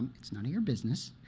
it's none of your business,